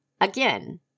Again